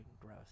growth